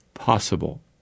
possible